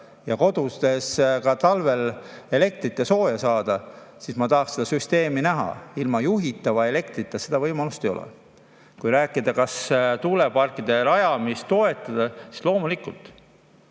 ja kodudesse talvel elektrit ja sooja saada, siis ma tahaksin seda süsteemi näha. Ilma juhitava elektrita seda võimalust ei ole. Kui [küsida], kas tuuleparkide rajamist [tuleks] toetada, siis loomulikult,